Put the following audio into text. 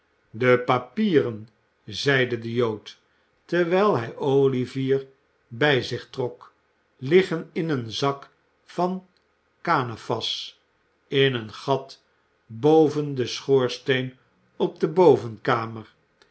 de papieren zeide de jood terwijl hij olivier bij zich trok liggen in een zak van kanefas in een gat boven den schoorsteen op de bovenkamer